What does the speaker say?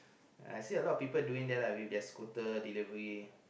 I see a lot of people doing that lah with their scooter delivery